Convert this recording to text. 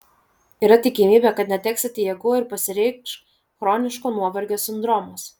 yra tikimybė kad neteksite jėgų ir pasireikš chroniško nuovargio sindromas